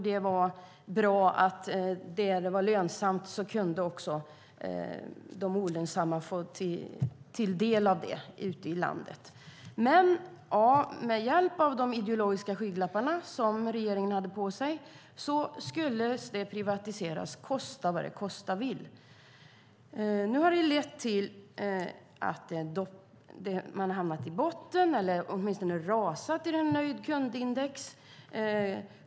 Det var bra om det var lönsamt, för då kunde olönsamma få del av det ute i landet. Men regeringen hade ideologiska skygglappar på sig, och det skulle privatiseras, kosta vad det kosta vill. Nu har det lett till att apoteken har rasat i nöjd-kund-index.